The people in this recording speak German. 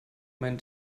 mein